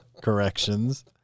corrections